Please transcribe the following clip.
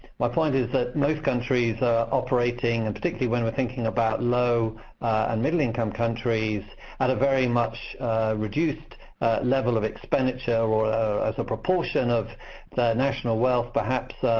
my point is most countries are operating and particularly when we're thinking about low and middle-income countries at a very much reduced level of expenditure or as a proportion of the national wealth, perhaps